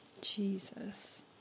Jesus